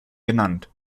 benannt